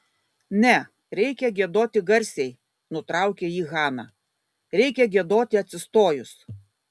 ne reikia giedoti garsiai nutraukė jį hana reikia giedoti atsistojus